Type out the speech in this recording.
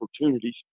opportunities